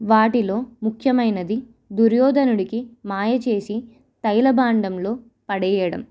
వాటిలో ముఖ్యమైనది దుర్యోదనుడికి మాయచేసి తైలబాండంలో పడేయడం